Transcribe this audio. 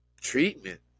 treatment